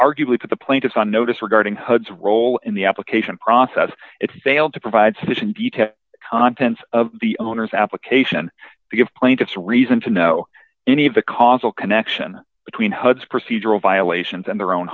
arguably put the plaintiffs on notice regarding hud's role in the application process it failed to provide sufficient detail contents of the owner's application to give plaintiffs reason to know any of the causal connection between hud's procedural violations and their own